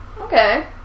okay